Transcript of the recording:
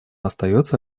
остается